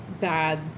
bad